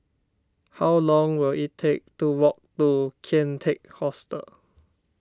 how long will it take to walk to Kian Teck Hostel